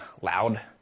loud